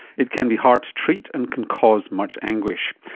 it can be hard to treat and can cause much anguish.